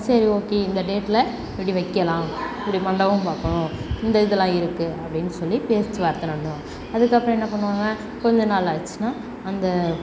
சரி ஒகே இந்த டேட்டில் இப்படி வைக்கலாம் இப்படி மண்டபம் பார்க்கணும் இந்த இதுலாம் இருக்குது அப்படின்னு சொல்லி பேச்சு வார்த்தை நடத்துவாங்க அதுக்கப்புறம் என்ன பண்ணுவாங்க கொஞ்சம் நாள் ஆச்சுனா அந்த